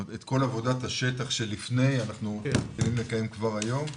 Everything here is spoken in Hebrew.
את כל עבודת השטח שלפני אנחנו מתחילים לקיים כבר היום,